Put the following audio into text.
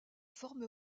forme